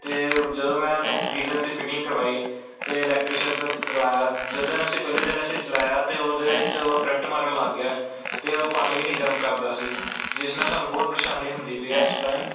ਅਤੇ ਜਦੋਂ ਮੈਂ ਉਹਨੂੰ ਗੀਜਰ ਦੀ ਫਿਟਿੰਗ ਕਰਵਾਈ ਤਾਂ ਇਲੈਕਟ੍ਰੀਸ਼ਨ ਤੋਂ ਕਰਵਾਇਆ ਜਿਸ ਦਿਨ ਅਸੀਂ ਪਹਿਲੇ ਦਿਨ ਅਸੀਂ ਚਲਾਇਆ ਤਾਂ ਉਹਦੇ ਵਿੱਚ ਉਹ ਕਰੰਟ ਮਾਰਨ ਲੱਗ ਗਿਆ ਅਤੇ ਉਹ ਪਾਣੀ ਵੀ ਨਹੀਂ ਗਰਮ ਕਰਦਾ ਸੀ ਜਿਸ ਨਾਲ ਸਾਨੂੰ ਬਹੁਤ ਪਰੇਸ਼ਾਨੀ ਹੁੰਦੀ ਪਈ ਹੈ ਇਸ ਪ੍ਰਾਈਮ